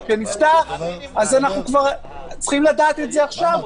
אנחנו צריכים לדעת את זה עכשיו,